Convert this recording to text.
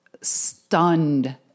stunned